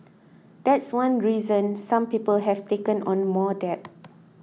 that's one reason some people have taken on more debt